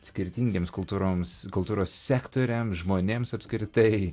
skirtingiems kultūroms kultūros sektoriam žmonėms apskritai